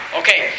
okay